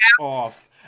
off